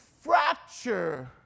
fracture